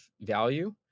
value